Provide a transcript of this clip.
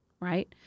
Right